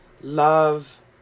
love